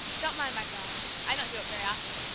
don't mind my growling. i don't do it very often.